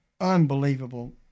unbelievable